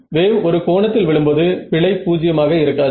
wave ஒரு கோணத்தில் விழும் போது பிழை பூஜ்ஜியமாக இருக்காது